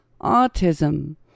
Autism